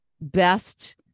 best